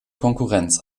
konkurrenz